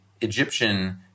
Egyptian